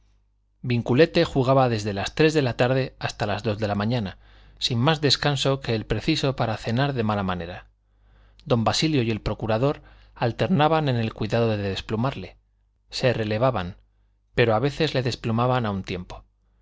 divertía vinculete jugaba desde las tres de la tarde hasta las dos de la mañana sin más descanso que el preciso para cenar de mala manera don basilio y el procurador alternaban en el cuidado de desplumarle se relevaban pero a veces le desplumaban a un tiempo